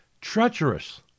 treacherous